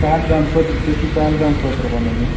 پہلگام خأطرٕ تُہۍ چھُو پہلگام خٲطرٕ ونان یہِ